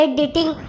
dating